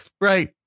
Right